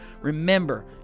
Remember